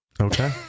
Okay